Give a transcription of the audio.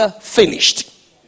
finished